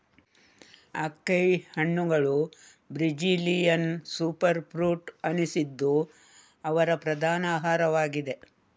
acai ಹಣ್ಣುಗಳು Brazilian super fruit ಅನಿಸಿದ್ದು ಅವರ ಪ್ರಧಾನ ಆಹಾರವಾಗಿದೆ